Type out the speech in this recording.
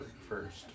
first